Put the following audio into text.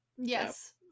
yes